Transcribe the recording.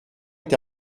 est